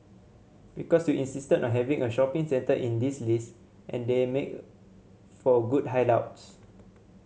because you insisted on having a shopping centre in this list and they make for good hideouts